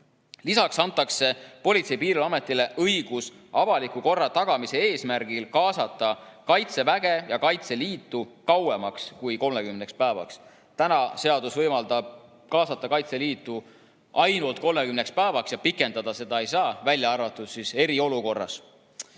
Lisaks antakse Politsei- ja Piirivalveametile õigus avaliku korra tagamise eesmärgil kaasata Kaitseväge ja Kaitseliitu kauemaks kui 30 päevaks. Senine seadus võimaldab kaasata Kaitseliitu ainult 30 päevaks ja pikendada seda ei saa, välja arvatud eriolukorras. Iga